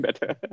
better